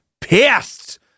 pissed